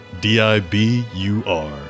D-I-B-U-R